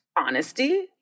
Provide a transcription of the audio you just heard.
honesty